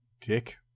Dick